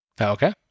Okay